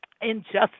injustice